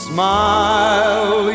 Smile